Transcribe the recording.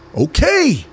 Okay